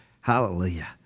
hallelujah